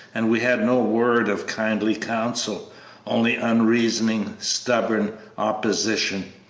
and we had no word of kindly counsel only unreasoning, stubborn opposition.